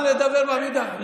תודה.